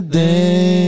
day